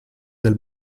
del